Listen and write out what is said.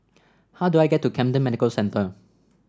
how do I get to Camden Medical Centre